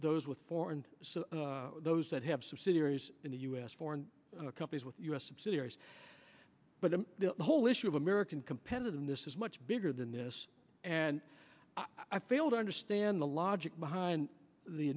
those with foreign so those that have subsidiaries in the us foreign companies with u s subsidiaries but the whole issue of american competitiveness is much bigger than this and i fail to understand the logic behind the